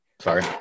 sorry